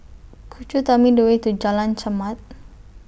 Could YOU Tell Me The Way to Jalan Chermat